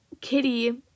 Kitty